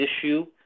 issue